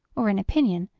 or in opinion,